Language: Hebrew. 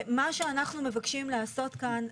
מה שאנחנו מבקשים לעשות כאן,